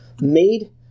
made